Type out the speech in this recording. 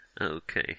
Okay